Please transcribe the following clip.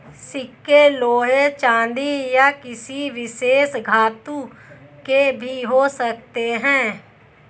सिक्के लोहे चांदी या किसी विशेष धातु के भी हो सकते हैं